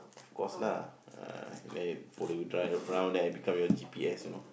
of course lah ah then follow you drive around then I become your G_P_S you know